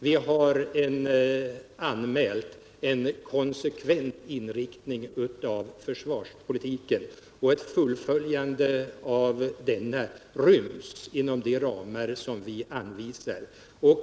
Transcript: Vi har anmält en konsekvent inriktning av försvarspolitiken. Ett fullföljande av denna ryms inom de ramar som vi anvisar.